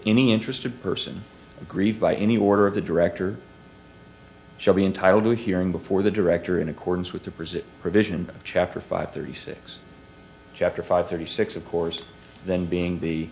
any interested person aggrieved by any order of the director shall be entitled to a hearing before the director in accordance with the present provision of chapter five thirty six chapter five thirty six of course then being the